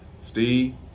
Steve